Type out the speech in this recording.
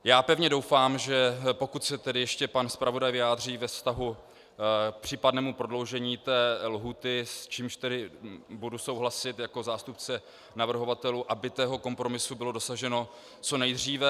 Já pevně doufám, že pokud se tedy ještě pan zpravodaj vyjádří ve vztahu k případnému prodloužení té lhůty, s čímž tedy budu souhlasit jako zástupce navrhovatelů, aby toho kompromisu bylo dosaženo co nejdříve.